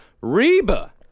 Reba